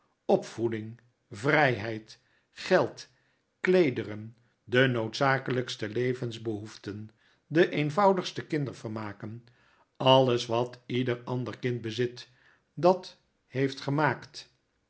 opvoeding vrijheid geld kleederen de noodzakelijkste levensbehoeften de eenvoudigste kindervermaken alles wat ieder ander kind bezit dat heeft gemaakt